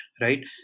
right